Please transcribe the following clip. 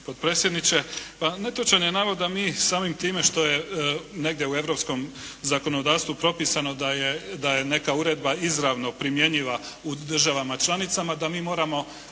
potpredsjedniče. Netočan je navod da mi samim time što je negdje u europskom zakonodavstvu propisano da je neka uredba izravno primjenjiva u državama članicama da mi moramo